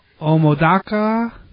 Omodaka